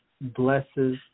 blesses